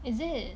is it